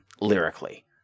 Lyrically